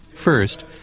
First